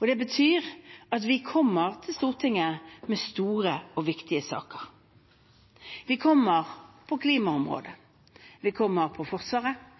og det betyr at vi kommer til Stortinget med store og viktige saker. Vi kommer med saker på klimaområdet. Vi kommer med saker om Forsvaret.